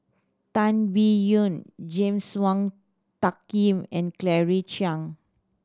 Tan Biyun James Wong Tuck Yim and Claire Chiang